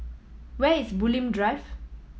where is Bulim Drive